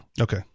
Okay